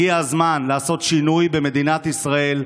הגיע הזמן לעשות שינוי במדינת ישראל,